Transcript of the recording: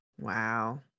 Wow